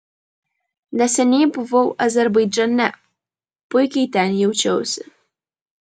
neseniai buvau azerbaidžane puikiai ten jaučiausi